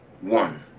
One